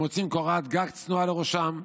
הם רוצים קורת גג צנועה לראשם,